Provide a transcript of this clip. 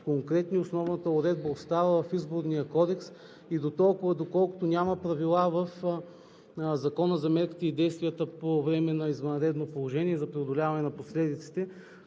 конкретни. Основната уредба остава в Изборния кодекс и дотолкова, доколкото няма правила в Закона за мерките и действията по време на извънредно положение и за преодоляване на последиците,